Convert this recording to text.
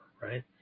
right